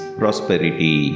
prosperity